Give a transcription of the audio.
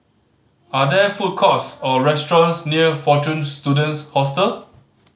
are there food courts or restaurants near Fortune Students Hostel